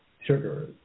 sugar